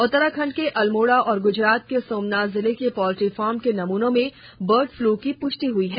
उत्तराखंड के अल्मोडा और गूजरात के सोमनाथ जिले के पोल्ट्री फार्म के नमूनों में बर्ड फ्लू की पूष्टि हई है